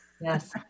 Yes